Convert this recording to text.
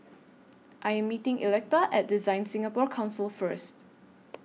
I Am meeting Electa At DesignSingapore Council First